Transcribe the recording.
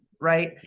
right